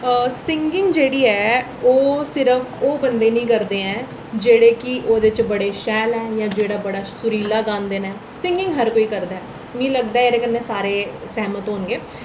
singing जेह्ड़ी ऐ ओह् सिर्फ ओह् बंदे निं करदे ऐ जेह्ड़े कि ओह्दे च बड़े शैल हैन ते जेह्ड़ा बड़ा सुरीला गांदे न सींगिंग हर कोई करदा ऐ मिगी लगदा ऐ एह्दे कन्नै सारे सैह्मत होन गे